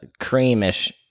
creamish